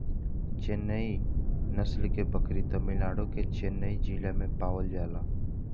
चेन्नई नस्ल के बकरी तमिलनाडु के चेन्नई जिला में पावल जाला